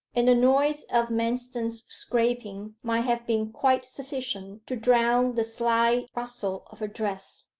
and the noise of manston's scraping might have been quite sufficient to drown the slight rustle of her dress.